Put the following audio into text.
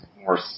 more